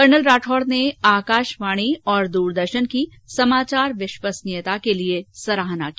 colonel Rathore ने आकाशवाणी और दूरदर्शन की समाचार विश्वसनीयता के लिए सराहना की